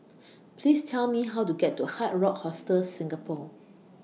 Please Tell Me How to get to Hard Rock Hostel Singapore